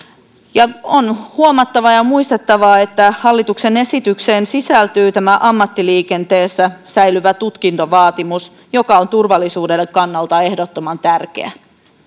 ja on huomattava ja muistettava että hallituksen esitykseen sisältyy tämä ammattiliikenteessä säilyvä tutkintovaatimus joka on turvallisuuden kannalta ehdottoman tärkeä